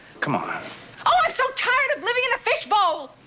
come on. oh, i'm so tired of living in a fish bowl.